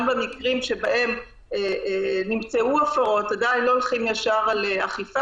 גם במקרים שבהם נמצאו הפרות עדיין לא הולכים ישר על אכיפה.